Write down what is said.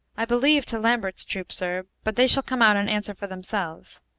i believe to lambert's troop, sir but they shall come out and answer for themselves.